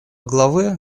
главы